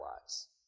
lives